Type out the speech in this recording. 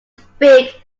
speak